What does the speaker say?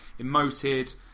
emoted